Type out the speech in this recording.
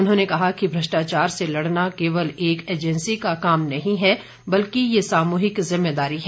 उन्होंने कहा कि भ्रष्टाचार से लड़ना केवल एक एजेंसी का काम नहीं है बल्कि यह सामूहिक ज़िम्मेदारी है